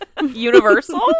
Universal